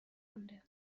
مونده